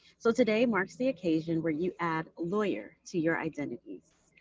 so today marks the occasion where you add lawyer to your identities,